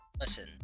Listen